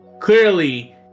clearly